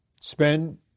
spend